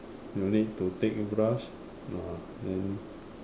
you need to take brush ah then